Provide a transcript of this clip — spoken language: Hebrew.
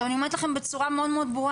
עכשיו אני אומרת לכם בצורה מאוד ברורה,